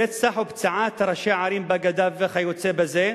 רצח ופציעת ראשי ערים בגדה וכיוצא בזה,